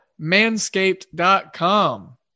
Manscaped.com